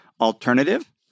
alternative